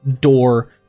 door